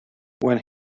when